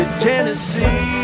Tennessee